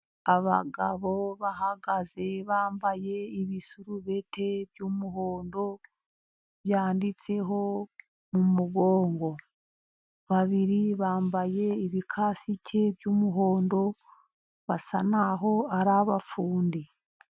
Abagabo bahagaze bambaye ibisarubete by'umuhondo, byanditseho mu mugongo, babiri bambaye ibikasike by'umuhondo, basa naho ari abafundi.